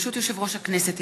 ברשות יושב-ראש הכנסת,